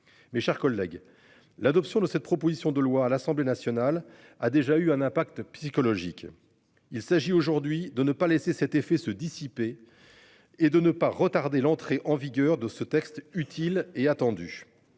Mes chers collègues. L'adoption de cette proposition de loi à l'Assemblée nationale a déjà eu un impact psychologique. Il s'agit aujourd'hui de ne pas laisser cet effet se dissiper. Et de ne pas retarder l'entrée en vigueur de ce texte utiles et attendus.